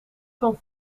van